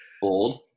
Bold